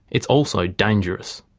it's also dangerous.